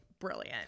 brilliant